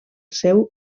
seu